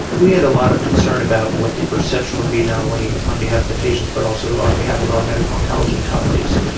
we had a lot of concern about what the perception would be, not only on behalf of the patients but also on behalf of our medical oncology colleagues.